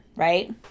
Right